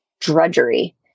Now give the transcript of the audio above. drudgery